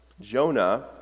Jonah